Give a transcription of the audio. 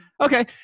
okay